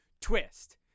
twist